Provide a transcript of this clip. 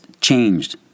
changed